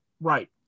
right